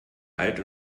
alt